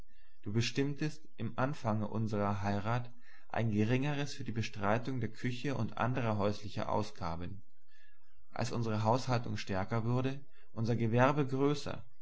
du bestimmtest im anfange unserer heirat ein geringes für die bestreitung der küche und anderer häuslichen ausgaben als unsere haushaltung stärker wurde unser gewerbe größer